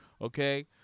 Okay